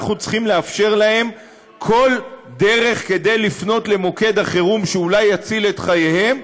אנחנו צריכים לאפשר להם כל דרך לפנות למוקד החירום שאולי יציל את חייהם,